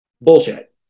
Bullshit